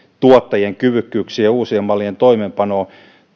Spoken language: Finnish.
tuottajien kyvykkyyksiä uusien mal lien toimeenpanoon